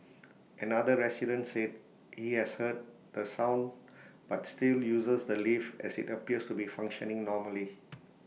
another resident said he has heard the sound but still uses the lift as IT appears to be functioning normally